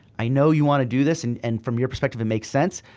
i know you wanna do this and and from your perspective it makes sense.